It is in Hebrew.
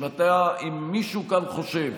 אם מישהו כאן חושב